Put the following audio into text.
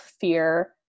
fear